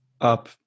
up